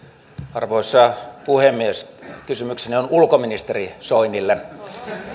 arvoisa puhemies kysymykseni on nyt ulkoministeri soinille